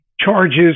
charges